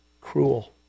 cruel